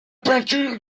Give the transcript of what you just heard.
peinture